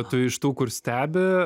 tų iš tų kur stebi